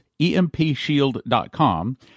EMPShield.com